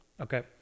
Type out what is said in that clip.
Okay